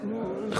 אמרתי חברת הכנסת.